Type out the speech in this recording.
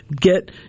get